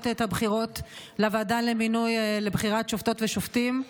את הבחירות לוועדה לבחירת שופטות ושופטים,